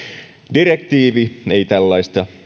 direktiivi ei tällaista